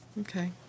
Okay